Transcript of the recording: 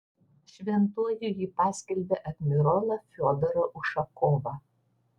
šventuoju ji paskelbė admirolą fiodorą ušakovą